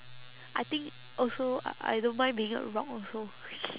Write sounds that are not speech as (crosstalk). I think also I I don't mind being a rock also (noise)